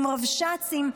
עם רבש"צים,